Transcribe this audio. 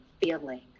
feeling